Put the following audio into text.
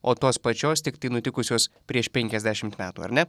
o tos pačios tiktai nutikusios prieš penkiasdešimt metų ar ne